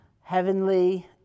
heavenly